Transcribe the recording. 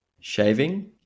shaving